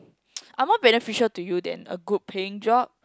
are more beneficial to you than a good paying job